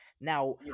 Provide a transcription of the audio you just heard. Now